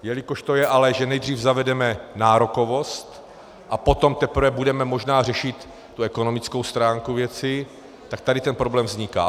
Jelikož to je ale tak, že nejdřív zavedeme nárokovost, a potom teprve budeme možná řešit ekonomickou stránku věci, tak tady ten problém vzniká.